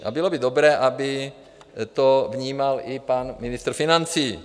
A bylo by dobré, aby to vnímal i pan ministr financí.